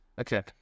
Okay